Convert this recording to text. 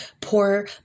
poor